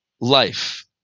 life